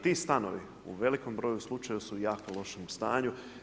Ti stanovi u velikom broju slučajeva su u jako lošem stanju.